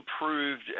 improved